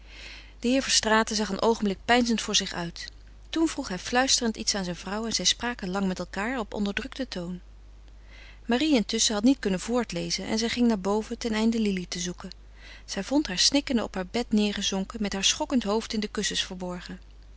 de heer verstraeten zag een oogenblik peinzend voor zich uit toen vroeg hij fluisterend iets aan zijn vrouw en zij spraken lang met elkaâr op onderdrukten toon marie intusschen had niet kunnen voortlezen en zij ging naar boven ten einde lili te zoeken zij vond haar snikkende op haar bed neêrgezonken met haar schokkend hoofd in de kussens verborgen